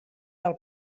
del